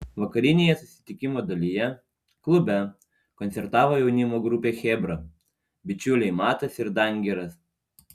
vakarinėje susitikimo dalyje klube koncertavo jaunimo grupė chebra bičiuliai matas ir dangiras